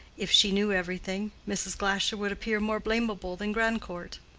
if she knew everything, mrs. glasher would appear more blamable than grandcourt.